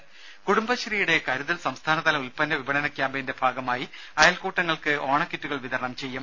ദേദ കുടുംബശ്രീയുടെ കരുതൽ സംസ്ഥാനതല ഉൽപ്പന്ന വിപണന ക്യാമ്പയിന്റെ ഭാഗമായി അയൽക്കൂട്ടങ്ങൾക്ക് ഓണക്കിറ്റുകൾ വിതരണം ചെയ്യും